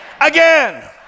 Again